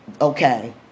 okay